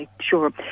Sure